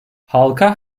halka